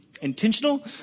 intentional